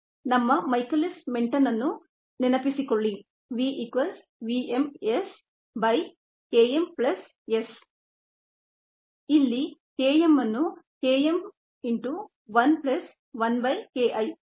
ನಮ್ಮ Michaelis Menten ಅನ್ನು ನೆನಪಿಸಿಕೊಳ್ಳಿ ಇಲ್ಲಿ K m ಅನ್ನು Km 1 I Ki ಎಂದು ಮಾರ್ಪಡಿಸಲಾಗಿದೆ